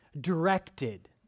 directed